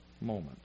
moment